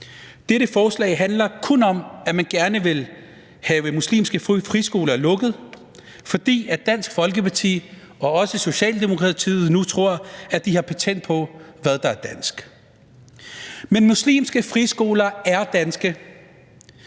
Dette forslag handler kun om, at man gerne vil have muslimske friskoler lukket, fordi Dansk Folkeparti og også Socialdemokratiet nu tror, at de har patent på, hvad der er dansk. Men muslimske friskoler er danske.